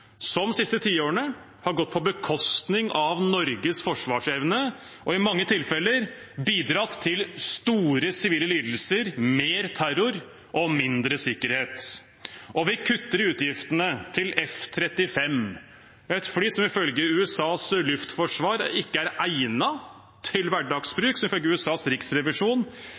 som de siste tiårene har gått på bekostning av Norges forsvarsevne, og i mange tilfeller har bidratt til store sivile lidelser, mer terror og mindre sikkerhet. Vi kutter i utgiftene til F-35 – et fly som ifølge USAs luftforsvar ikke er egnet til hverdagsbruk, som ifølge USAs riksrevisjon